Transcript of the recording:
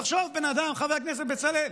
תחשוב על בן אדם, חבר הכנסת בצלאל,